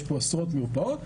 יש פה עשרות מרפאות.